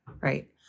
right